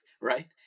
Right